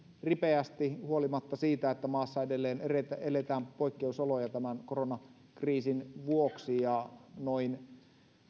ripeästi huolimatta siitä että maassa edelleen eletään poikkeusoloja tämän koronakriisin vuoksi noin